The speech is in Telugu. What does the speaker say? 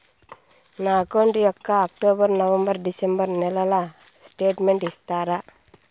నా అకౌంట్ యొక్క అక్టోబర్, నవంబర్, డిసెంబరు నెలల స్టేట్మెంట్ ఇస్తారా?